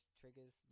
triggers